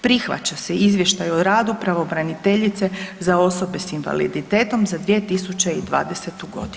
Prihvaća se Izvještaj o radu pravobraniteljice za osobe s invaliditetom za 2020. godinu.